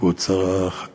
כבוד שר החקלאות,